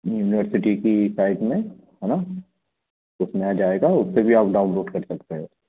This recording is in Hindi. यूनिवर्सिटी की साइट में है ना उसमें आ जाएगा उससे भी आप डाउनलोड कर सकते हैं